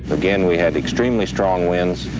again, we had extremely strong winds,